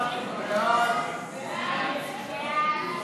סעיף 4 נתקבל.